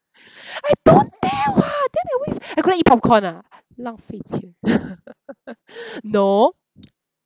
I don't dare [what] then they always I go there eat popcorn ah 浪费钱 no